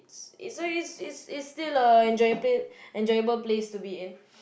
so is is is still a enjoy place enjoyable place to be in